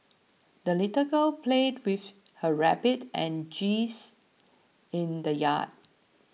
the little girl played with her rabbit and geese in the yard